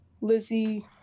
Lizzie